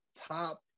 top